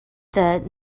that